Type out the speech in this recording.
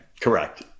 Correct